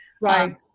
Right